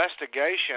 investigation